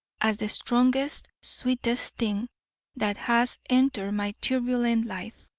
as the strongest, sweetest thing that has entered my turbulent life.